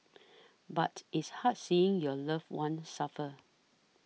but it's hard seeing your loved one suffer